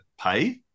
pay